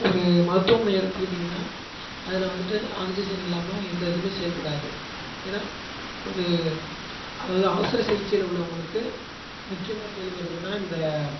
ஒரு மருத்துவமனைகள் எடுத்துக்கிட்டிங்கன்னா அதில் வந்துட்டு ஆக்சிஜன் இல்லாமல் எந்த இதுவுமே செயல்படாது ஏன்னா ஒரு அதாவது அவசர சிகிச்சையில் உள்ளவங்களுக்கு முக்கியமாக செயல்படுறதுனா இந்த